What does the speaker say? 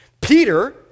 Peter